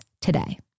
today